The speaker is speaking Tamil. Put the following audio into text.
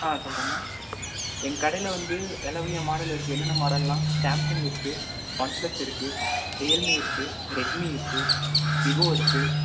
ஆ சொல்கிறேங்க எங்கடையில வந்து பலவித மாடல் இருக்குது என்னென்ன மாடல்ன்னா சாம்சங் இருக்குது ஒன் ப்ளஸ் இருக்குது ரியல் மீ இருக்குது ரெட் மீ இருக்குது விவோ இருக்குது